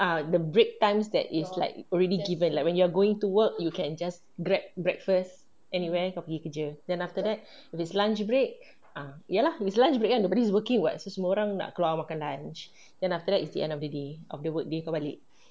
ah the break times that is like already given like when you are going to work you can just grab breakfast anywhere kau pergi kerja then after that if it's lunch break ah ya lah is lunch break ah nobody is working [what] semua orang nak keluar makan lunch then after that it's the end of the day of the work day kau balik